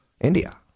India